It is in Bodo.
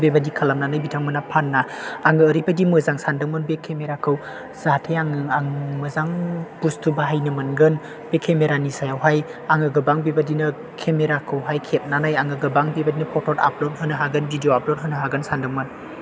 बेबायदि खालामनानै बिथांमोना फाना आं ओरैबायदि मोजां सानदोंमोन बे केमेराखौ जाहाथे आं मोजां बुस्थु बाहायनो मोनगोन बे केमेरानि सायावहाय आं गोबां बेबादिनो केमेराखौहाय खेबनानै आं गोबां बेबादिनो फट' आपल'द होनो हागोन भिदिअ' आपल'द होनो हागोन सानदोंमोन